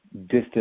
distance